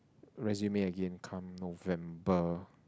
resume again come November